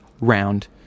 round